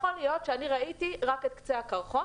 יכול להיות שאני ראיתי רק את קצה הקרחון,